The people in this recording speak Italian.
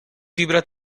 fibra